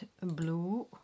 blue